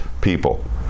people